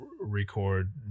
record